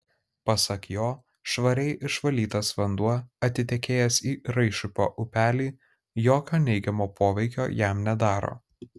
pasak jo švariai išvalytas vanduo atitekėjęs į raišupio upelį jokio neigiamo poveikio jam nedaro